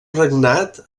regnat